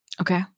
Okay